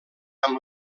amb